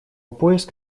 поиск